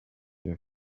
you